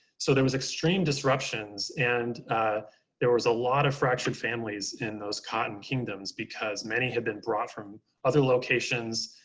so there was extreme disruptions. and there was a lot of fractured families in those cotton kingdoms because many had been brought from other locations.